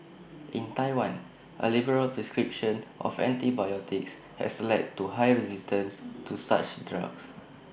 in Taiwan A liberal prescription of antibiotics has led to high resistance to such drugs